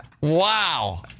Wow